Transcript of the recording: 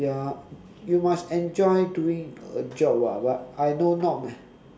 ya you must enjoy doing a job [what] but I know not many